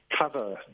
cover